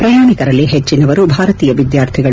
ಪ್ರಯಾಣಿಕರಲ್ಲಿ ಹೆಚ್ಚಿನವರು ಭಾರತೀಯ ವಿದ್ಯಾರ್ಥಿಗಳು